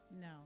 No